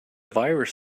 virus